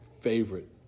favorite